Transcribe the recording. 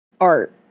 art